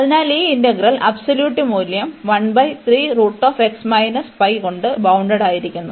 അതിനാൽ ഈ integral absolute മൂല്യം കൊണ്ട് ബൌണ്ടഡ്ഡായിരിക്കുന്നു